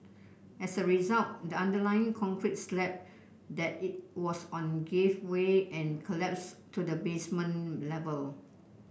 as a result the underlying concrete slab that it was on gave way and collapsed to the basement level